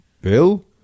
bill